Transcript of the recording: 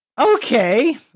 okay